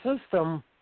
system